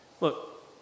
Look